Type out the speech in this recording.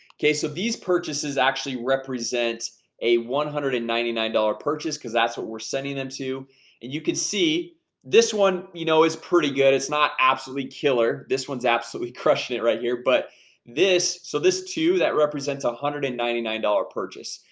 okay so these purchases actually represent a one hundred and ninety nine dollar purchase because that's what we're sending them to and you can see this one, you know, it's pretty good. it's not absolutely killer. this one's absolutely crushing it right here but this so this two that represents a hundred and ninety nine dollar purchase.